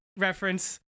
reference